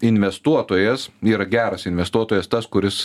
investuotojas yra geras investuotojas tas kuris